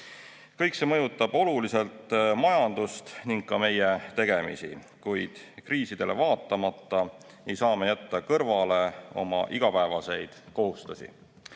Kõik see mõjutab oluliselt majandust ning ka meie tegemisi, kuid kriisidele vaatamata ei saa me jätta kõrvale oma igapäevaseid kohustusi.